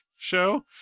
Show